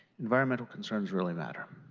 environmental concerns really matter.